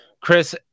Chris